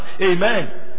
Amen